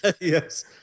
Yes